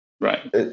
Right